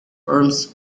arms